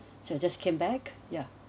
so I just came back ya